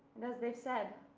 and as they said,